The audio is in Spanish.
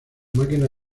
máquina